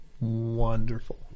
wonderful